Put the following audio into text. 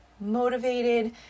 motivated